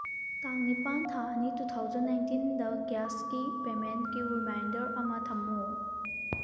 ꯇꯥꯡ ꯅꯤꯄꯥꯜ ꯊꯥ ꯑꯅꯤ ꯇꯨ ꯊꯥꯎꯖꯟ ꯅꯥꯏꯟꯇꯤꯟꯗ ꯒ꯭ꯌꯥꯁꯀꯤ ꯄꯦꯃꯦꯟꯀꯤ ꯔꯤꯃꯥꯏꯟꯗꯔ ꯑꯃ ꯊꯝꯃꯨ